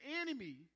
enemy